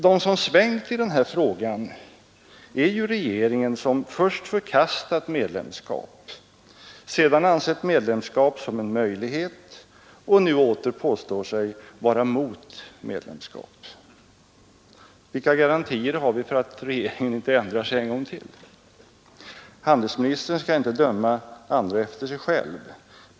Den som svängt i den här frågan är ju regeringen som först förkastat medlemskap, sedan ansett medlemskap som en möjlighet och nu åter påstår sig vara mot medlemskap. Vilka garantier har vi för att regeringen inte ändrar sig en gång till? Handelsministern skall inte döma andra efter sig själv.